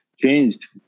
changed